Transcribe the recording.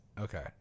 Okay